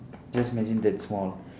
just imagine that small